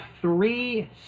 three